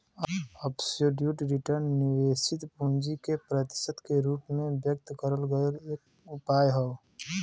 absolute return निवेशित पूंजी के प्रतिशत के रूप में व्यक्त करल गयल एक उपाय हौ